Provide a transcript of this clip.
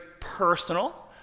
personal